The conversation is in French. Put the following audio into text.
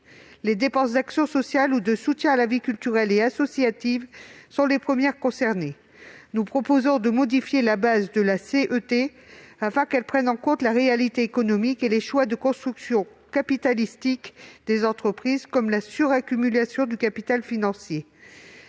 Les dépenses d'action sociale ou de soutien à la vie culturelle et associative sont les premières concernées. Nous proposons de modifier la base de la CET afin qu'elle prenne en compte la réalité économique et les choix de construction capitalistique des entreprises, comme la suraccumulation du capital financier.